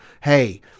hey